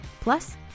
Plus